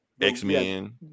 X-Men